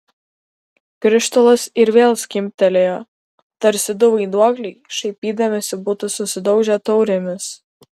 krištolas ir vėl skimbtelėjo tarsi du vaiduokliai šaipydamiesi būtų susidaužę taurėmis